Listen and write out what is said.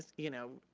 you know,